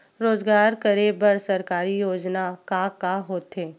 रोजगार करे बर सरकारी योजना का का होथे?